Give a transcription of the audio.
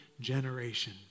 generation